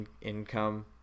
income